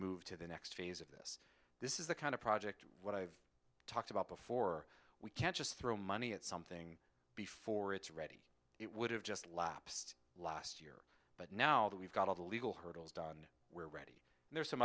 move to the next phase of this this is the kind of project what i've talked about before we can't just throw money at something before it's ready it would have just lapsed last year but now that we've got all the legal hurdles done there are